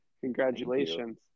Congratulations